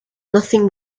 nothing